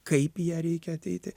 kaip į ją reikia ateiti